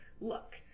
look